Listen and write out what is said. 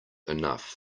enough